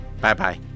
Bye-bye